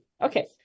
Okay